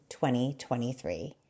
2023